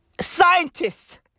scientists